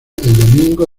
domingo